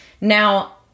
Now